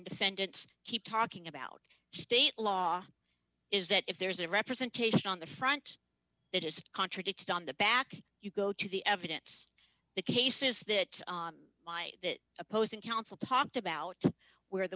defendants keep talking about state law is that if there's a representation on the front that is contradicted on the back you go to the evidence the case is that the opposing counsel talked about where the